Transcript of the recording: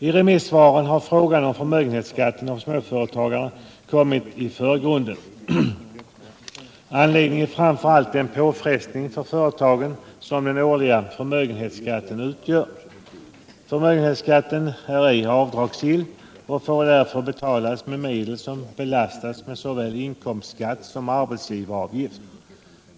I remissvaren har frågan om förmögenhetsskatten för småföretagen kommit i förgrunden. Anledningen är framför allt den påfrestning för företagen som den årliga förmögenhetsskatten utgör. Förmögenhetsskatten är inte avdragsgill och får därför betalas med medel som belastas med såväl inkomstskatt som arbetsgivaravgift.